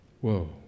Whoa